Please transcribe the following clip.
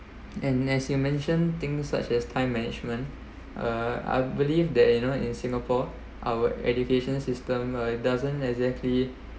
and as you mention things such as time management uh I believe that you know in singapore our education system uh it doesn't exactly